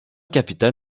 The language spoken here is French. capital